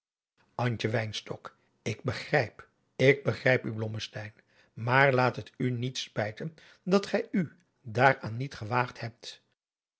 ik begrijp ik begrijp u blommesteyn maar laat het u niet spijten dat gij u daar aan niet gewaagd hebt